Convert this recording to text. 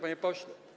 Panie Pośle!